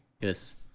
Yes